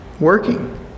working